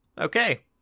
okay